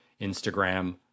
Instagram